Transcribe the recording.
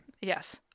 Yes